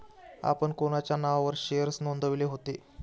आपण कोणाच्या नावावर शेअर्स नोंदविले होते?